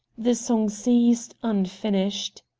the song ceased, unfinished.